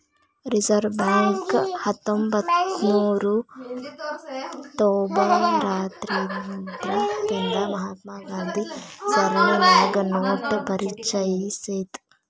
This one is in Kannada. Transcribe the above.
ರಿಸರ್ವ್ ಬ್ಯಾಂಕ್ ಹತ್ತೊಂಭತ್ನೂರಾ ತೊಭತಾರ್ರಿಂದಾ ರಿಂದ ಮಹಾತ್ಮ ಗಾಂಧಿ ಸರಣಿನ್ಯಾಗ ನೋಟ ಪರಿಚಯಿಸೇದ್